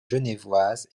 genevoise